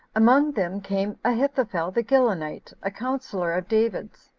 among them came ahithophel the gilonite, a counsellor of david's,